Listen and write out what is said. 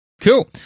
cool